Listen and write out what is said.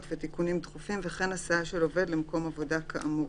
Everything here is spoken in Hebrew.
ותיקונים דחופים וכן הסעה של עובד למקום עבודה כאמור,